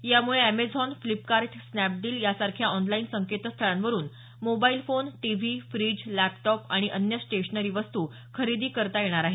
यामुळे अमेझॉन फ्लिपकार्ट स्नॅपडील यांसारख्या ऑनलाईन संकेतस्थळांवरून mobile phone TV fridge laptop आणि अन्य स्टेशनरी वस्तू खरेदी करता येणार आहेत